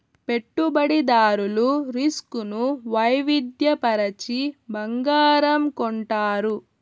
పెట్టుబడిదారులు రిస్క్ ను వైవిధ్య పరచి బంగారం కొంటారు